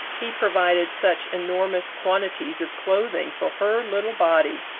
he provided such enormous quantities of clothing for her little body,